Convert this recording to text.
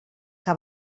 que